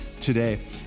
today